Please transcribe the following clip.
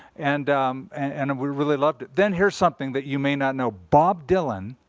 and and we really loved it. then here's something that you may not know. bob dylan